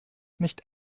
nicht